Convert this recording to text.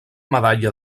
medalla